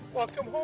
welcome